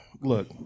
Look